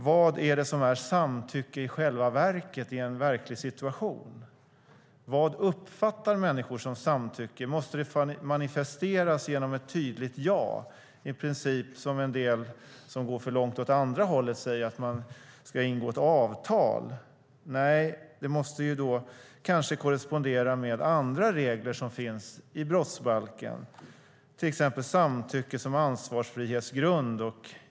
Vad är det som är samtycke i en verklig situation? Vad uppfattar människor som samtycke? Måste det manifesteras genom ett tydligt ja, i princip som en del som går för långt åt det andra hållet säger att man ska ingå ett avtal? Nej, det måste kanske korrespondera med andra regler som finns i brottsbalken, till exempel samtycke som ansvarsfrihetsgrund.